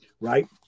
right